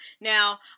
Now